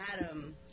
Adam